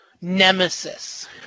nemesis